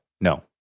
no